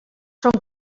són